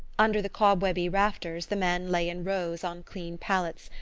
under the cobwebby rafters the men lay in rows on clean pallets,